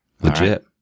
legit